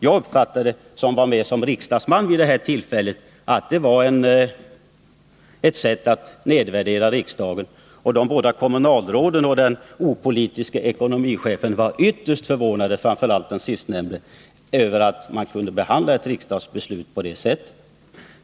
Jag, som var med som riksdagsman vid det här tillfället, uppfattade detta som ett sätt att nedvärdera riksdagen. Och de båda kommunalråden och den opolitiske ekonomichefen —- framför allt den sistnämnde — var ytterst förvånade över att man kunde behandla ett riksdagsbeslut på det sättet.